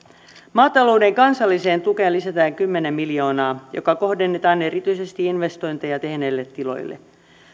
maatalouden kansalliseen tukeen lisätään kymmenen miljoonaa joka kohdennetaan erityisesti investointeja tehneille tiloille